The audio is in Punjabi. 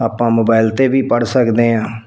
ਆਪਾਂ ਮੋਬਾਇਲ 'ਤੇ ਵੀ ਪੜ੍ਹ ਸਕਦੇ ਹਾਂ